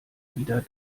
wieder